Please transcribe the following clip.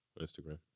Instagram